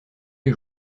les